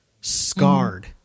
scarred